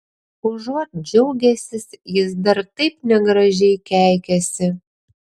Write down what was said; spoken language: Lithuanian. užuot džiaugęsis jis dar taip negražiai keikiasi